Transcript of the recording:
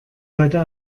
heute